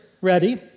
ready